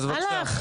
הלך.